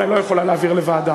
היא לא יכולה להעביר לוועדה.